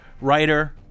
writer